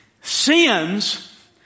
Sins